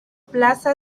plaza